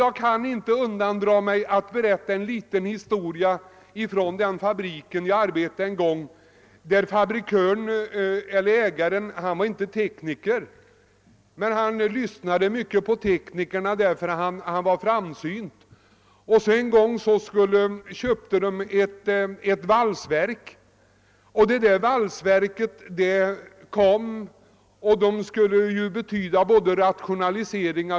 Jag kan inte underlåta att berätta en liten historia från en fabrik där jag arbetade en gång. Ägaren var framsynt; han var inte tekniker, men han lyssnade på teknikerna. En gång köpte fabriken ett valsverk, som skulle medföra en stor rationalisering.